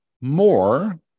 more